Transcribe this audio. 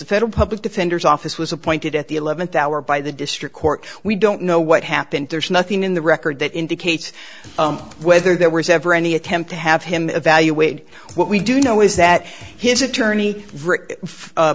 federal public defender's office was appointed at the eleventh hour by the district court we don't know what happened there's nothing in the record that indicates whether there was ever any attempt to have him evaluated what we do know is that his attorney